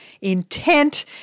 intent